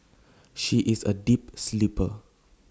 she is A deep sleeper